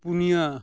ᱯᱩᱱᱭᱟ